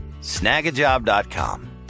snagajob.com